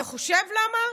אתה חושב למה?